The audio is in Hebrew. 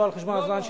לא על חשבון הזמן שלי.